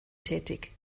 tätig